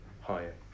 higher